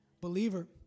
Believer